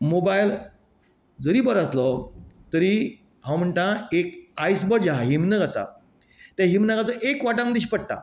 mobile जरी बरो आसलो तरी हांव म्हणटा एक आयसबर्ग जे आसा हिम्न आसा तें हिम्नाक एक वरदान दिवंचे पडटा